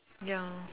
ya